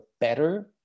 better